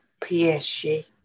PSG